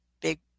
Big